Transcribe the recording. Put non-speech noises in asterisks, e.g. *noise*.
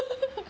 *laughs*